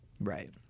Right